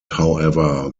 however